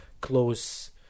close